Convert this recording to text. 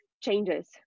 changes